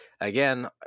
Again